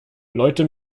leute